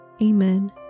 Amen